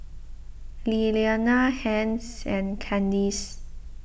Lilianna Hence and Candyce